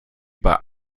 bei